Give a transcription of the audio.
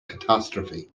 catastrophe